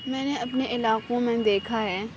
میں نے اپنے علاقوں میں دیکھا ہے